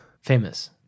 Famous